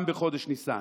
גם בחודש ניסן,